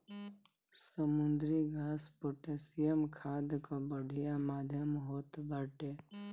समुद्री घास पोटैशियम खाद कअ बढ़िया माध्यम होत बाटे